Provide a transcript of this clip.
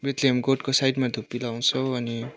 Bethlehem गोठको साइडमा धुप्पी लाउँछौँ अनि